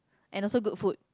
and also good food